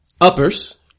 uppers